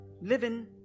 living